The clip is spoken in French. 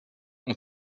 ont